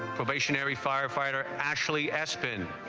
stationary firefighter actually aspin